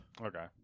okay